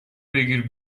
بگیر